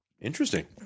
interesting